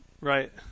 Right